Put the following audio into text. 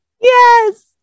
Yes